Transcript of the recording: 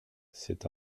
c’est